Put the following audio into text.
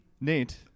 Nate